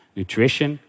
nutrition